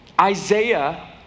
Isaiah